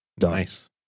Nice